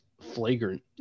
flagrant